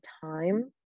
time